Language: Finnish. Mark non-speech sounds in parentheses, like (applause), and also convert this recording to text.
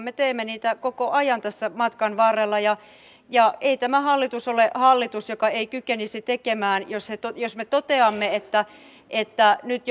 (unintelligible) me teemme koko ajan tässä matkan varrella ei tämä hallitus ole hallitus joka ei kykenisi tekemään jos me toteamme että että nyt (unintelligible)